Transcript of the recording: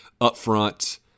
upfront